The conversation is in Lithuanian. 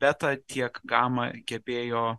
beta tiek gama gebėjo